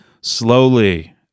slowly